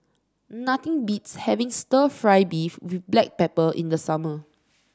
nothing beats having stir fry beef with Black Pepper in the summer